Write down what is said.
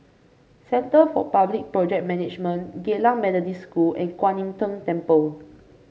Centre for Public Project Management Geylang Methodist School and Kwan Im Tng Temple